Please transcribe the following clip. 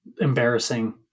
embarrassing